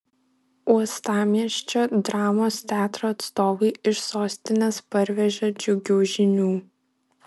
uostamiesčio dramos teatro atstovai iš sostinės parvežė džiugių žinių